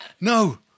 No